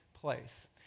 place